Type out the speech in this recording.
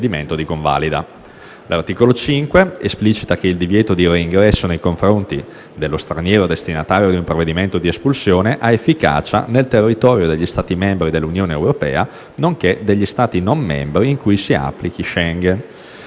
L'articolo 5 esplicita che il divieto di reingresso nei confronti dello straniero destinatario di un provvedimento di espulsione ha efficacia nel territorio degli Stati membri dell'Unione europea nonché degli Stati non membri in cui si applichino